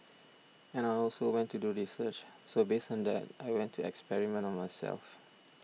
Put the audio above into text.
and I also went to do research so based on that I went to experiment on myself